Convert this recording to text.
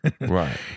right